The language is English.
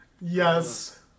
Yes